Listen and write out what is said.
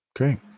Okay